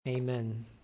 Amen